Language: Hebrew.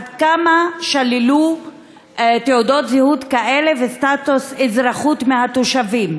עד כמה שללו תעודות זהות וסטטוס אזרחות מהתושבים.